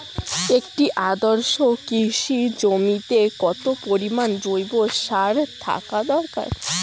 একটি আদর্শ কৃষি জমিতে কত পরিমাণ জৈব সার থাকা দরকার?